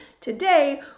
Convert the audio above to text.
today